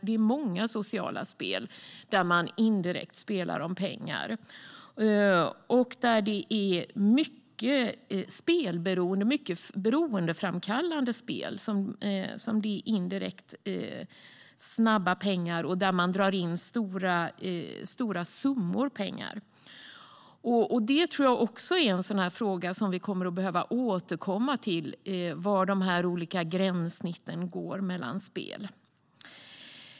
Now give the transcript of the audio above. Det är många sociala spel där man indirekt spelar om pengar, och det är mycket beroendeframkallande spel som ger snabba pengar och drar in stora summor pengar. En fråga som jag tror att vi kommer att behöva återkomma till är var de olika gränserna går mellan spel.